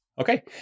Okay